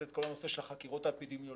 את כל הנושא של החקירות האפידמיולוגיות,